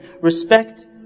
Respect